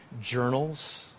journals